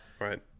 Right